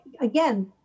again